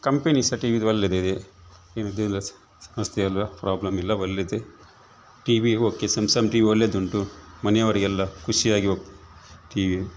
company ಸಹ ಟೀ ವಿದು ಒಳ್ಳೆದಿದೆ ಏನು ಇದಿಲ್ಲ ಸಮಸ್ಯೆ ಇಲ್ಲ ಪ್ರಾಬ್ಲಮಿಲ್ಲ ಒಳ್ಳೆದೆ ಟಿವಿ ಓಕೆ ಸಮ್ಸಮ್ ಟಿವಿ ಒಳ್ಳೆದುಂಟು ಮನೆಯವರಿಗೆಲ್ಲಾ ಖುಷಿ ಆಗಿ ಹೋಗ್ತ ಟಿವಿ